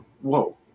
whoa